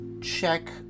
check